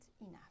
enough